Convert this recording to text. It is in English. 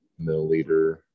milliliter